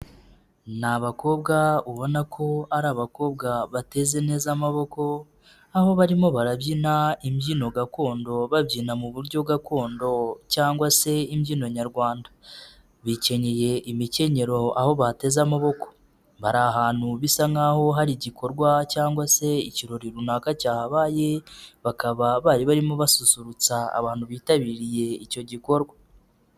Ni abakobwa ubona ko ari abakobwa bateze neza amaboko, aho barimo barabyina imbyino gakondo babyina mu buryo gakondo cyangwa se imbyino nyarwanda, bikenyeye imikenyero aho bateze amaboko, bari ahantu bisa nk'aho hari igikorwa cyangwa se ikirori runaka cyahabaye, bakaba bari barimo basusurutsa abantu bitabiriye icyo gikorwa.